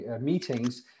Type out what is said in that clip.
meetings